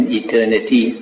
eternity